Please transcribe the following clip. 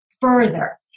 further